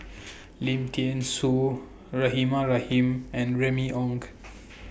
Lim Thean Soo Rahimah Rahim and Remy Ong